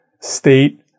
state